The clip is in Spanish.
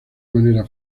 manera